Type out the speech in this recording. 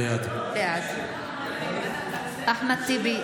בעד אחמד טיבי,